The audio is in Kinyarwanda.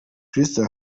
crystal